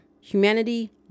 humanity